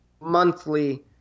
monthly